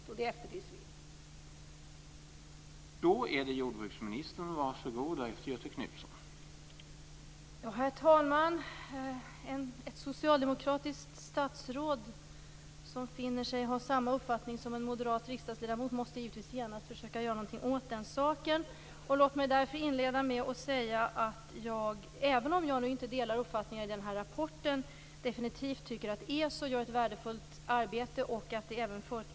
Det efterlyser vi.